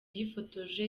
yifotoje